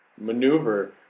maneuver